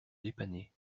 dépanner